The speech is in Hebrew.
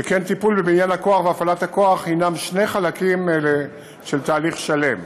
שכן טיפול בבניין הכוח והפעלת הכוח הם שני חלקים אלה של תהליך שלם.